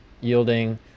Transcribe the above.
yielding